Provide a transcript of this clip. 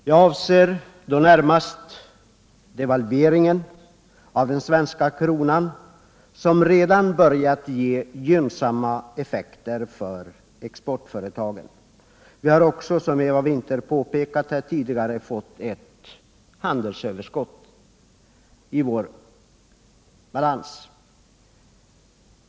Jag avser då närmast devalveringen av den svenska kronan, som redan börjat ge gynnsamma effekter för exportföretagen. Vi har också, som Eva Winther påpekat här tidigare, fått ett överskott i vår handelsbalans.